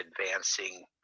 advancing